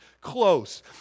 close